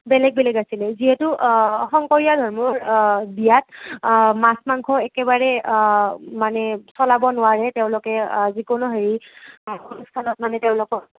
বেলেগ বেলেগ আছিলে যিহেতু শংকৰীয়া ধৰ্মৰ বিয়াত মাছ মাংস একেবাৰে মানে চলাব নোৱাৰে তেওঁলোকে যিকোনো হেৰি অনুষ্ঠানত মানে তেওঁলোকৰ